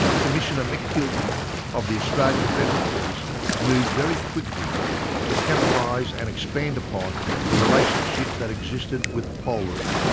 commissioner mick keelty of the australian federal police moved very quickly to capitalise and expand upon the relationship that existed with polri,